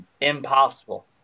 impossible